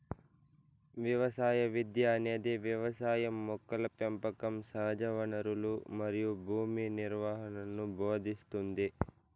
వ్యవసాయ విద్య అనేది వ్యవసాయం మొక్కల పెంపకం సహజవనరులు మరియు భూమి నిర్వహణను భోదింస్తుంది